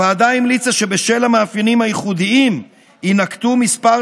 הוועדה המליצה שבשל המאפיינים הייחודיים יינקטו כמה